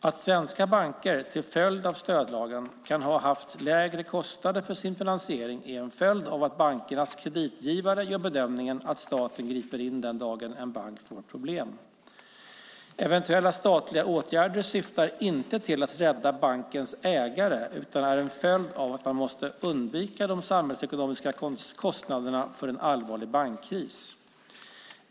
Att svenska banker till följd av stödlagen kan ha haft lägre kostnader för sin finansiering är en följd av att bankernas kreditgivare gör bedömningen att staten griper in den dagen en bank får problem. Eventuella statliga åtgärder syftar inte till att rädda bankens ägare utan är en följd av att man måste undvika de samhällsekonomiska kostnaderna för en allvarlig bankkris.